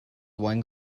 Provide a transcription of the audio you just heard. one